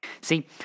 See